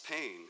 pain